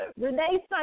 Renee